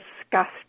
disgust